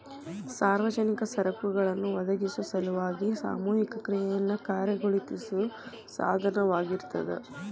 ಸಾರ್ವಜನಿಕ ಸರಕುಗಳನ್ನ ಒದಗಿಸೊ ಸಲುವಾಗಿ ಸಾಮೂಹಿಕ ಕ್ರಿಯೆಯನ್ನ ಕಾರ್ಯಗತಗೊಳಿಸೋ ಸಾಧನವಾಗಿರ್ತದ